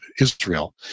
israel